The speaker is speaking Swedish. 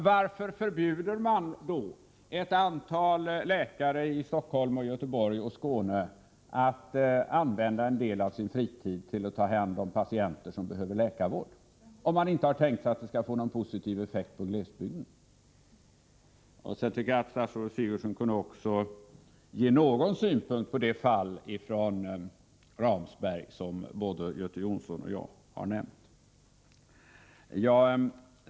Varför förbjuder man ett antal läkare i Stockholm, Göteborg och Skåne att använda en del av sin fritid till att ta hand om patienter som behöver läkarvård, om man inte har tänkt sig att få någon positiv effekt för glesbygden? Jag tycker också att statsrådet Sigurdsen kunde framföra någon synpunkt på det fall från Ramsberg som både Göte Jonsson och jag har nämnt.